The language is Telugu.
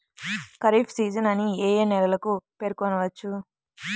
ఖరీఫ్ సీజన్ అని ఏ ఏ నెలలను పేర్కొనవచ్చు?